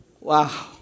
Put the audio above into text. Wow